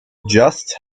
just